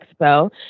expo